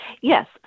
Yes